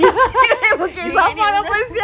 nenek dia bodoh